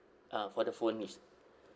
uh for the phone yes